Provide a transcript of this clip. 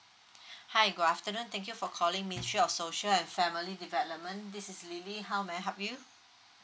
hi good afternoon thank you for calling ministry of social and family development this is lily how may I help you